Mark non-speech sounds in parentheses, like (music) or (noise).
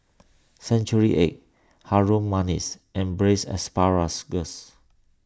Century Egg Harum Manis and Braised (unintelligible)